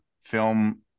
film